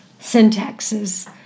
syntaxes